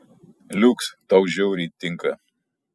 liuks tau žiauriai tinka